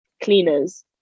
cleaners